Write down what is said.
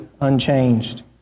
unchanged